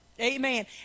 Amen